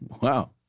Wow